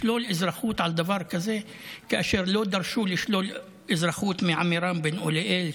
לשלול אזרחות על דבר כזה כאשר לא דרשו לשלול אזרחות מעמירם בן אוליאל,